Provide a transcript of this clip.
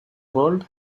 world